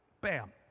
Bam